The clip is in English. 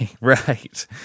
right